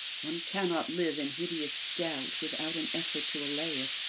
one cannot live in hideous doubt, without an effort to allay it.